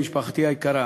משפחתי היקרה,